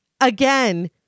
Again